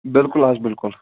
بلکل حظ بلکل